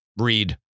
Read